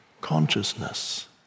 consciousness